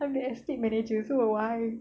I'm the estate manager so why